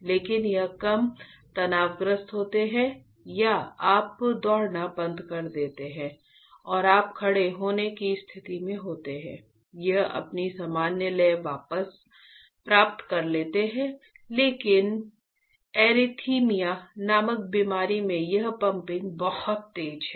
लेकिन यह कम तनावग्रस्त होते हैं या आप दौड़ना बंद कर देते हैं और आप खड़े होने की स्थिति में होते हैं यह अपनी सामान्य लय वापस प्राप्त कर लेता है लेकिन एरिथमिया नामक बीमारी में यह पंपिंग बहुत तेज है